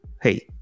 hey